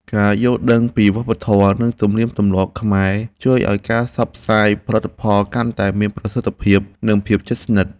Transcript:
ការយល់ដឹងពីវប្បធម៌ និងទំនៀមទម្លាប់ខ្មែរជួយឱ្យការផ្សព្វផ្សាយផលិតផលកាន់តែមានប្រសិទ្ធភាព និងភាពជិតស្និទ្ធ។